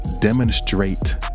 demonstrate